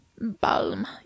Balm